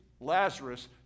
Lazarus